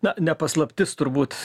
na ne paslaptis turbūt